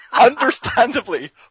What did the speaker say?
Understandably